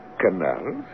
Canals